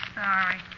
sorry